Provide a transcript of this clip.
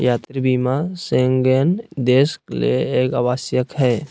यात्रा बीमा शेंगेन देश ले एक आवश्यक हइ